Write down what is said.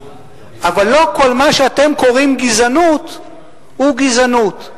אבל לא כל מה שאתם קוראים לו גזענות הוא גזענות.